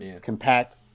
compact